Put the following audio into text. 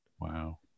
Wow